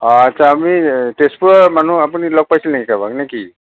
অ' আচ্ছা আপুনি তেজপুৰৰ মানুহ আপুনি লগ পাইছিল নেকি কাৰোবাক নে কি